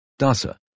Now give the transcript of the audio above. Dasa